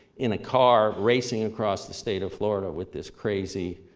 in a car, racing across the state of florida with this crazy,